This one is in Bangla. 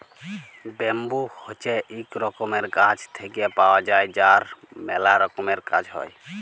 ব্যাম্বু হছে ইক রকমের গাছ থেক্যে পাওয়া যায় যার ম্যালা রকমের কাজ হ্যয়